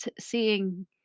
seeing